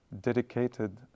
dedicated